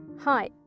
Hi